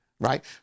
Right